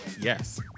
Yes